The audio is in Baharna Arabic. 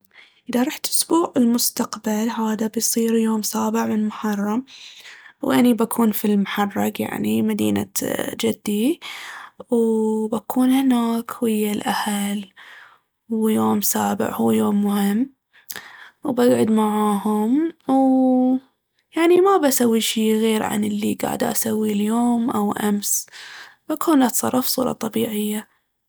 اذا رحت اسبوع المستقبل هذا بيصير سابع من محرم وأني بكون في المحرق يعني مدينة جدي. وبكون هناك ويا الأهل ويوم سابع هو يوم مهم. وبقعد معاهم يعني ما بسوي شي غير عن اللي قاعدة أسويه اليوم أو أمس، بكون أتصرف بصورة طبيعية